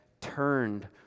turned